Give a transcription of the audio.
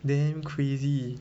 damn crazy